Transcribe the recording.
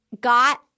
Got